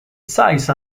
size